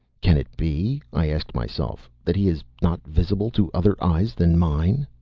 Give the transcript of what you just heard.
can it be, i asked myself, that he is not visible to other eyes than mine?